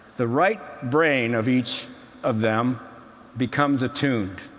the right brain of each of them becomes attuned,